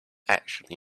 actually